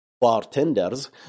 bartenders